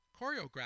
choreograph